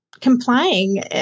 complying